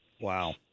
Wow